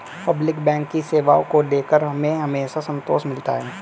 public bank की सेवा को लेकर हमें हमेशा संतोष मिलता है